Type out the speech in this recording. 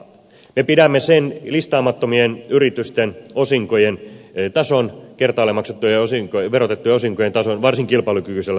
me pidämme sen listaamattomien yritysten osinkojen tason kertaalleen verotettujen osinkojen tason varsin kilpailukykyisellä tasolla